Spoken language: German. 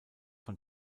von